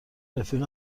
رفیق